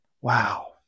Wow